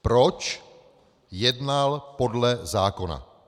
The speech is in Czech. Proč jednal podle zákona.